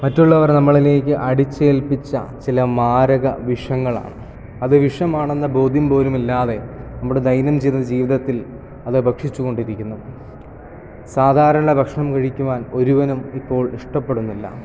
മറ്റുള്ളവർ നമ്മളിലേക്ക് അടിച്ചേൽപ്പിച്ച ചില മാരക വിഷങ്ങളാണ് അത് വിഷമാണെന്ന ബോധ്യം പോലും ഇല്ലാതെ നമ്മൾ ദൈനംദിന ജീവിതത്തിൽ അത് ഭക്ഷിച്ചു കൊണ്ടിരിക്കുന്നു സാധാരണ ഭക്ഷണം കഴിക്കുവാൻ ഒരുവനും ഇപ്പോൾ ഇഷ്ടപ്പെടുന്നില്ല